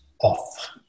off